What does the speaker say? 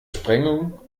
sprengung